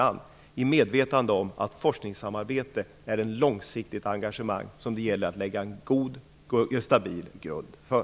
Jag är nämligen medveten om att forskningssamarbete är ett långsiktigt engagemang som det gäller att lägga en god och stabil grund för.